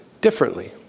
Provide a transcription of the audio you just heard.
differently